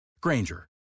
Granger